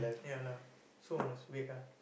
yeah lah so must wait lah